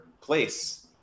place